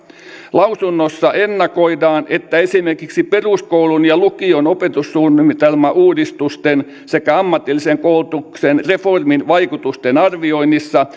lausunnossa ennakoidaan että esimerkiksi peruskoulun ja lukion opetussuunnitelmauudistusten sekä ammatillisen koulutuksen reformin vaikutusten arvioinneissa